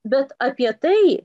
bet apie tai